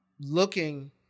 looking